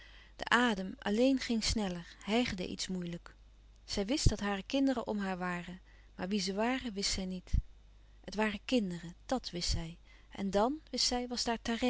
de adem alleen ging sneller hijgde iets moeilijk zij wist dat hare kinderen om haar waren maar wie ze waren wist zij niet het waren kinderen dàt wist zij en dan wist zij was daar